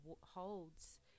holds